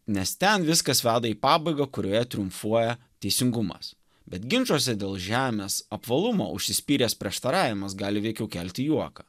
nes ten viskas veda į pabaigą kurioje triumfuoja teisingumas bet ginčuose dėl žemės apvalumo užsispyręs prieštaravimas gali veikiau kelti juoką